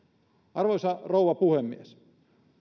arvoisa rouva puhemies